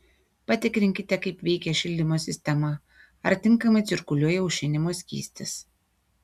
patikrinkite kaip veikia šildymo sistema ar tinkamai cirkuliuoja aušinimo skystis